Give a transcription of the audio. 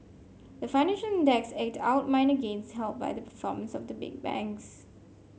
the financial index eked out minor gains helped by the performance of the big banks